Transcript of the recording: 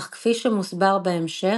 אך כפי שמוסבר בהמשך,